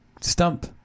stump